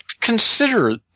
consider